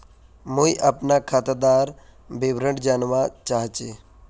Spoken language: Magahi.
मुई अपना खातादार विवरण जानवा चाहची?